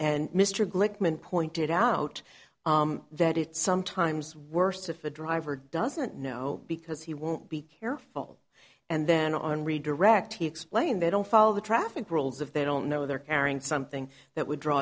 glickman pointed out that it's sometimes worse if a driver doesn't know because he won't be careful and then on redirect he explained they don't follow the traffic rules of they don't know they're carrying something that would draw